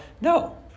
No